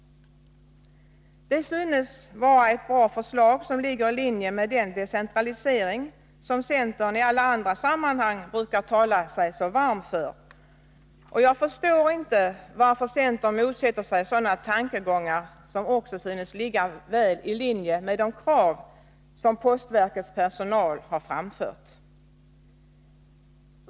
Det synes vara ett bra förslag som ligger i linje med den decentralisering som centern i alla andra sammanhang brukar tala sig varm för, och jag förstår inte varför centern motsätter sig sådana tankegångar som även synes ligga väl i linje med de krav som postverkets personal framfört.